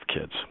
kids